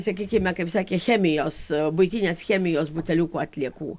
sakykime kaip sakė chemijos buitinės chemijos buteliukų atliekų